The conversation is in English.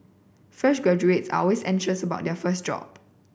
fresh graduates always anxious about their first job